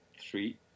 Three